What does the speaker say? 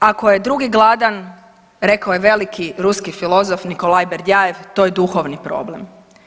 Ako je drugi gladan rekao je veliki ruski filozof Nikolaj Berdjajev to je duhovni problem.